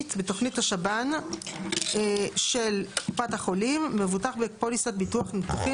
העמית בתוכנית השב"ן של קופת החולים מבוטח בפוליסת ביטוח ניתוחים